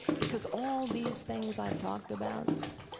because all these things i've talked about?